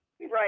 right